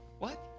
what?